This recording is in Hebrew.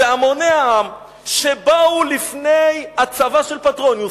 אלא המוני העם שבאו לפני הצבא של פטרוניוס,